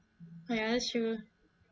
oh ya that's true